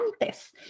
antes